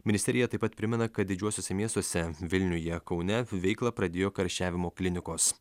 ministerija taip pat primena kad didžiuosiuose miestuose vilniuje kaune veiklą pradėjo karščiavimo klinikos